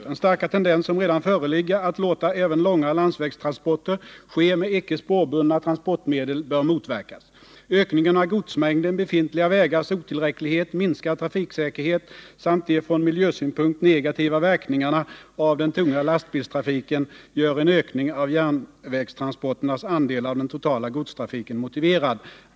Den starka tendens som redan föreligger att låta även långa landsvägstransporter ske med icke spårbundna transportmedel bör motverkas. Ökningen av godsmängden, befintliga vägars otillräcklighet, minskad trafiksäkerhet samt de från miljösynpunkt negativa verkningarna av den tunga lastbilstrafiken gör en ökning av järnvägstransporternas andel av den totala godstrafiken motiverad.